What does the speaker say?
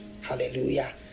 hallelujah